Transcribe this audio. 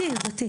בעיר בני ברק.